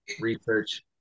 research